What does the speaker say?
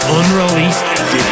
unreleased